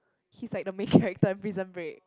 he's like the main character in Prison Break